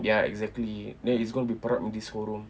ya exactly then it's going to be perap in this whole room